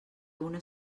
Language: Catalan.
una